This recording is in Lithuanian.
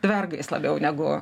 dvergais labiau negu